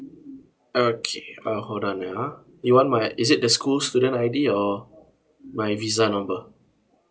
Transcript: okay uh hold on ah you want my is it the school student I_D or my visa number